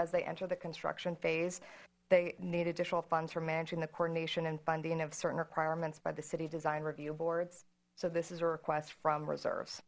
as they enter the construction phase they need additional funds for managing the coordination and funding of certain requirements by the city design review boards so this is a request from reserves